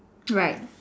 right